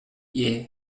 келишим